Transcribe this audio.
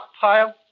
pile